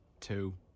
two